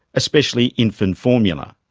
especially infant formula.